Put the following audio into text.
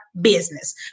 business